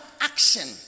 action